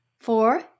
Four